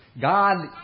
God